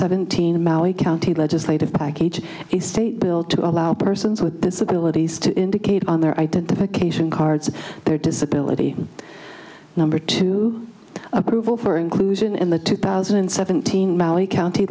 seventeen maui county legislative package the state bill to allow persons with disabilities to indicate on their identification cards their disability number two approval for inclusion in the two thousand and seventeen mally county